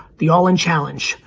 the all in challenge.